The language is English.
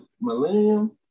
Millennium